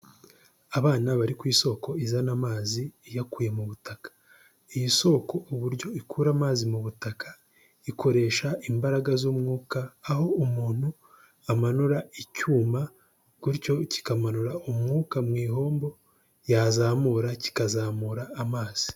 Abana bari ku isoko izana amazi iyakuye mu butaka. Iyi soko uburyo ikura amazi mu butaka, ikoresha imbaraga z'umwuka, aho umuntu amanura icyuma gutyo, kikamanura umwuka mu ihombo, yazamura, kikazamura amazi.